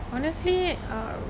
honestly uh